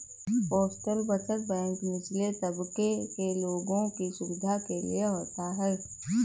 postal बचत bank निचले तबके के लोगों की सुविधा के लिए होता है